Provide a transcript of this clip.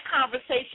conversation